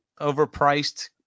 Overpriced